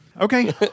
Okay